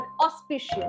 auspicious